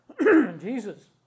Jesus